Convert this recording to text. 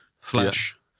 flesh